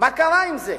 מה קרה עם זה?